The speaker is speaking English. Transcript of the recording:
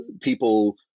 people